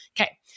Okay